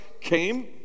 came